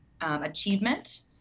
Achievement